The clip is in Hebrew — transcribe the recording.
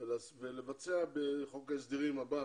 ולבצע בחוק ההסדרים הבא